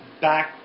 back